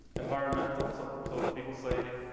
environmental. so so if people say,